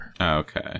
Okay